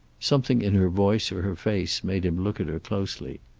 something in her voice or her face made him look at her closely.